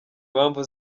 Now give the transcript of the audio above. mpamvu